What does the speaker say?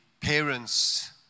parents